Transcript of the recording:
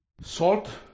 Salt